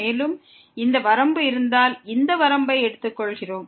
மேலும் இந்த வரம்பு இருந்தால் இந்த வரம்பை எடுத்துக்கொள்கிறோம்